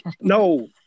No